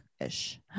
ish